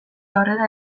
aurrera